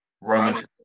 Roman